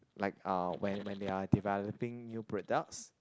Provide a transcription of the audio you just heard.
like ah when when they are developing new products